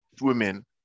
women